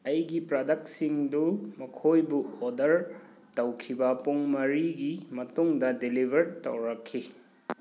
ꯑꯩꯒꯤ ꯄ꯭ꯔꯗꯛꯁꯤꯡꯗꯨ ꯃꯈꯣꯏꯕꯨ ꯑꯣꯔꯗꯔ ꯇꯧꯈꯤꯕ ꯄꯨꯡ ꯃꯔꯤꯒꯤ ꯃꯇꯨꯡꯗ ꯗꯦꯂꯤꯚꯔꯠ ꯇꯧꯔꯛꯈꯤ